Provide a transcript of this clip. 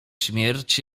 śmierć